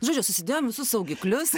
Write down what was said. žodžiu susidėjom visus saugiklius